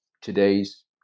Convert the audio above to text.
today's